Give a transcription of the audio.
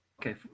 okay